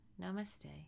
Namaste